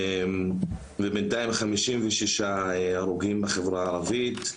ובינתיים, חמישים ושישה הרוגים בחברה הערבית.